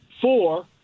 four